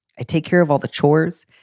i take care of all the chores,